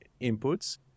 inputs